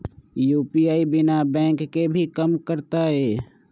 UPI बिना bank के भी कम करतै?